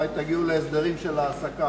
אולי תגיעו להסדרים של העסקה,